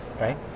right